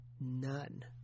None